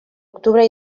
octubre